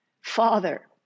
Father